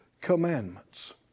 commandments